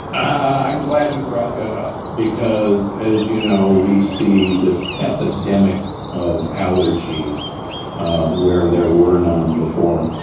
i'm glad you brought that up because as you know, we see this epidemic of allergies where there were none before,